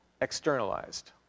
externalized